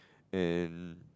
and